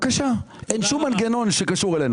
פארס להתמודד עם 256 רשויות שצריכות מעל 5,000 כיתות